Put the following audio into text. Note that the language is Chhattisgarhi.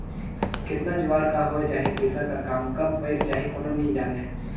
केतना जुवार का होए जाही, पइसा कर काम कब पइर जाही, कोनो नी जानें